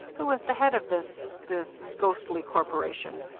who is the head of this this ghostly corporation?